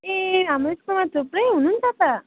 ए हाम्रो स्कुलमा थुप्रै हुनुहुन्छ त